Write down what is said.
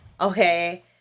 Okay